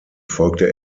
folgte